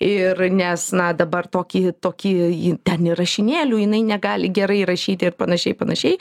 ir nes na dabar tokį tokį jį ten ir rašinėlių jinai negali gerai rašyti ir panašiai panašiai